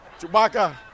Chewbacca